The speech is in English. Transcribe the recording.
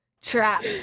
trap